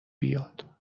بیاد